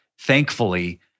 thankfully